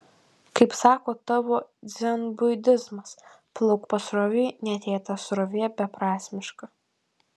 kaip sako tavo dzenbudizmas plauk pasroviui net jei ta srovė beprasmiška